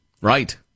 Right